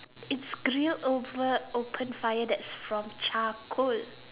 it's grilled over open fire that is from charcoal